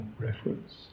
Reference